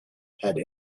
had